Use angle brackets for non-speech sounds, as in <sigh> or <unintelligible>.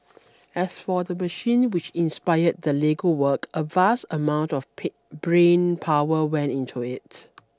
as for the machine which inspired the Lego work a vast amount of <unintelligible> brain power went into it